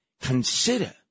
consider